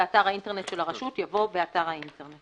במקום ב"אתר האינטרנט של הרשות" יבוא "באתר האינטרנט".